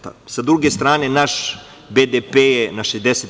Sa druge strane, naš BDP je na 60%